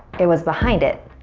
it was behind it.